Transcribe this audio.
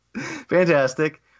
Fantastic